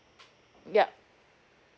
yup